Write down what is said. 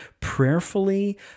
prayerfully